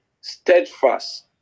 steadfast